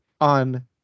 on